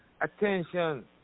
attention